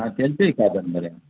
हा त्यांच्याही कादंबऱ्या